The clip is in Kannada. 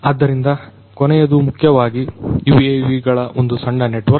ಆದ್ದರಿಂದ ಕೊನೆಯದು ಮುಖ್ಯವಾಗಿ UAV ಗಳ ಒಂದು ಸಣ್ಣ ನೆಟ್ವರ್ಕ್